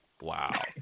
Wow